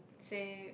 say